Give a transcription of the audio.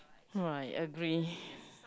right agree